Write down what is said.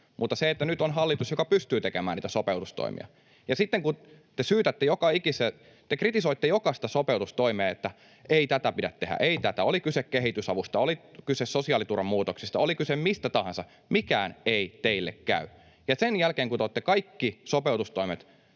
mutta nyt on hallitus, joka pystyy tekemään sopeutustoimia. Sitten kun te kritisoitte jokaista sopeutustoimea, että ei tätä pidä tehdä, ei tätä, oli kyse kehitysavusta, oli kyse sosiaaliturvan muutoksista, oli kyse mistä tahansa, mikään ei teille käy, sen jälkeen kun te olette kaikki sopeutustoimet